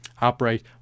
operate